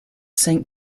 saint